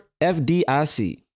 FDIC